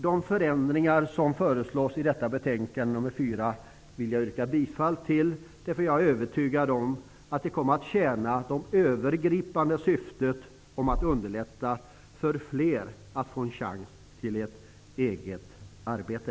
De förändringar som föreslås i arbetsmarknadsutskottets betänkande nr 4 yrkar jag bifall till, därför att jag är övertygad om att det kommer att tjäna det övergripande syftet -- att underlätta för fler att få en chans till ett eget arbete.